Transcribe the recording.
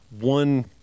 one